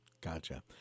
Gotcha